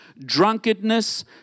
drunkenness